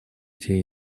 эти